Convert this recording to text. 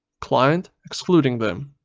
client excludes them.